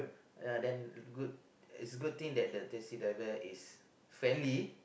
ya then good it's a good thing that the taxi driver is friendly